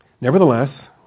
Nevertheless